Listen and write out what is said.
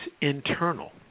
internal